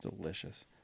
delicious